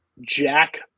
Jack